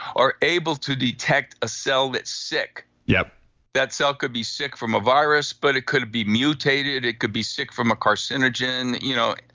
are able to detect a cell that's sick. yeah that cell could be sick from a virus, but it could be mutated, it could be sick from a carcinogen, you know?